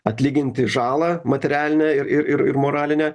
atlyginti žalą materialinę ir ir ir ir moralinę